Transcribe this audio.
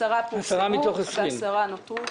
עשרה פורסמו ועשרה נותרו.